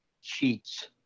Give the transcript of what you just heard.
cheats